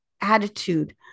attitude